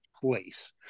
place